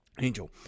Angel